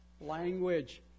language